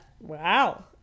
Wow